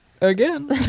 again